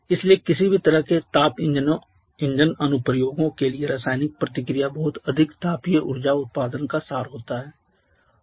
इसलिए किसी भी तरह के ताप इंजन अनुप्रयोगों के लिए रासायनिक प्रतिक्रिया बहुत अधिक तापीय ऊर्जा उत्पादन का सार होता है